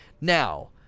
Now